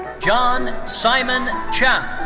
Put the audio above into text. john simon chow.